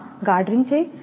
આ guard ring છે